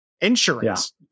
insurance